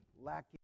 lacking